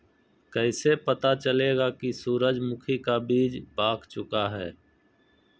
कैसे पता चलेगा की सूरजमुखी का बिज पाक चूका है?